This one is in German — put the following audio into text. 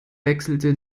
wechselte